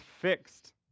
fixed